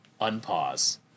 unpause